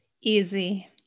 Easy